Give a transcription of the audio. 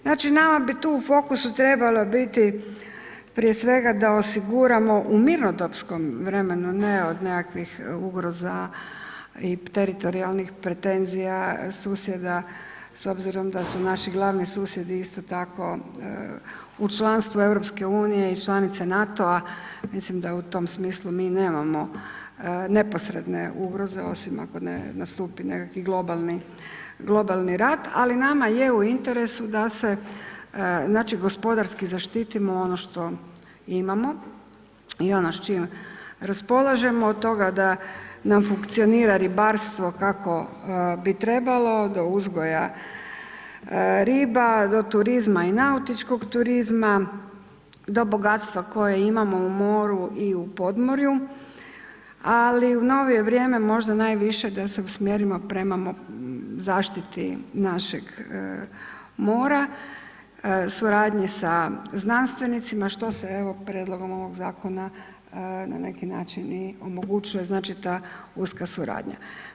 Znači, nama bi tu u fokusu trebalo biti prije svega da osiguramo u mirnodopskom vremenu, ne od nekakvih ugroza i teritorijalnih pretenzija susjeda s obzirom da su naši glavni susjedi isto tako u članstvu EU i članice NATO-a, mislim da u tom smislu mi nemamo neposredne ugroze osim ako ne nastupi nekakvi globalni, globalni rat, ali nama je u interesu da se, znači gospodarski zaštitimo ono što imamo i ono s čim raspolažemo, od toga da nam funkcionira ribarstvo kako bi trebalo do uzgoja riba, do turizma i nautičkog turizma, do bogatstva koja imamo u moru i u podmorju, ali u novije vrijeme možda najviše da se usmjerimo prema zaštiti našeg mora, suradnji sa znanstvenicima, što se evo prijedlogom ovog zakona na neki način i omogućuje, znači ta uska suradnja.